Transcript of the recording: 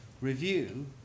review